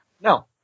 No